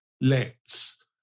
lets